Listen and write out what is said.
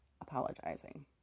apologizing